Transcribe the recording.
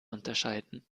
unterscheiden